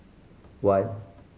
one